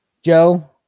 Joe